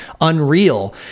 unreal